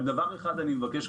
רק דבר אחד אני מבקש,